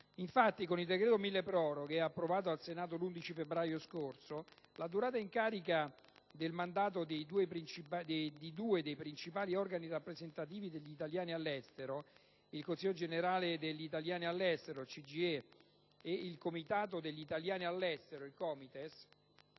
Infatti, con il cosiddetto decreto milleproroghe, approvato al Senato l'11 febbraio scorso, la durata in carica del mandato di due dei principali organi rappresentativi degli italiani all'estero, il Consiglio generale degli italiani all'estero (CGIE) e i Comitati degli italiani all'estero (COMITES),